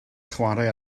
chwarae